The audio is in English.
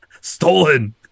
stolen